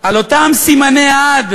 על אותם סימני עד,